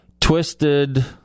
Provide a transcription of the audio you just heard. Twisted